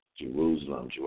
Jerusalem